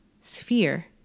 sphere